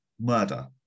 murder